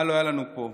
מה לא היה לנו פה?